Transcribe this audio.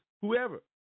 whoever